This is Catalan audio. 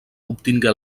obtingué